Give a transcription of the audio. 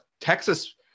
Texas